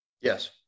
Yes